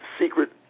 secret